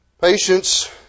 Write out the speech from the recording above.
Patience